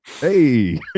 hey